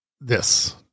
this-